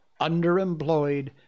underemployed